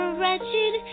wretched